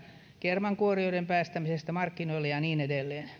kermankuorijoiden päästämisestä markkinoille ja niin edelleen